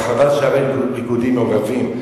רק חבל שהריקודים מעורבים,